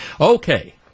Okay